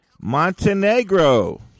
Montenegro